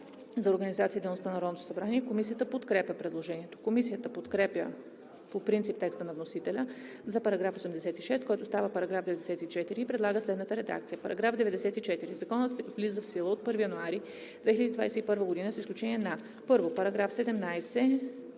за организацията и дейността на Народното събрание. Комисията подкрепя предложението. Комисията подкрепя по принцип текста на вносителя за § 86, който става § 94 и предлага следната редакция: „§ 94. Законът влиза в сила от 1 януари 2021 г. с изключение на: 1. Параграф 17,